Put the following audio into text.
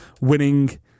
winning